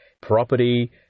property